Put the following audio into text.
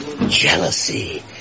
jealousy